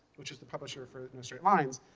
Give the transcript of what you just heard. which is the publisher for no straight lines.